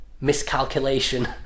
miscalculation